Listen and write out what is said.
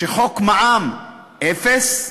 שחוק מע"מ אפס,